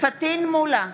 פטין מולא,